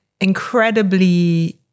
incredibly